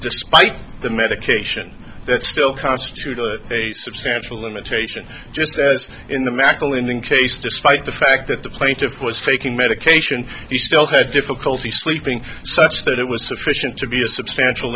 despite the medication still constitute a substantial limitation just as in the medical in the case despite the fact that the plaintiff was taking medication he still had difficulty sleeping such that it was sufficient to be a substantial